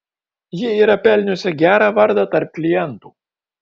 ji yra pelniusi gerą vardą tarp klientų